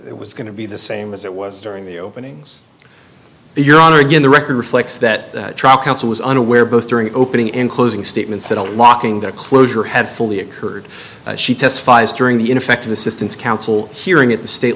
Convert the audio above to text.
it was going to be the same as it was during the openings your honor again the record reflects that trial counsel was unaware both during opening and closing statements that a locking their closure had fully occurred she testifies during the ineffective assistance counsel hearing at the state